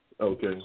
okay